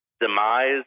demise